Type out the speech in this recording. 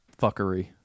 fuckery